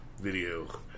video